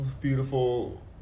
beautiful